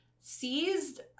seized